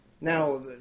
Now